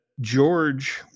George